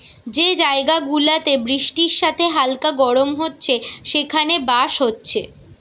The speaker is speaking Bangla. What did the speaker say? যে জায়গা গুলাতে বৃষ্টির সাথে হালকা গরম হচ্ছে সেখানে বাঁশ হচ্ছে